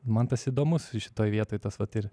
man tas įdomus šitoj vietoj tas vat ir